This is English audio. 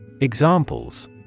Examples